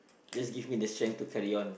just give me the strength to carry on